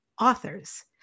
authors